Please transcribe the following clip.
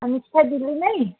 ଆଉ ମିଠା ଝିଲି ନାହିଁ